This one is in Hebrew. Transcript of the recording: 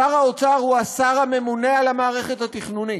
שר האוצר הוא השר הממונה על המערכת התכנונית,